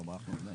בבקשה.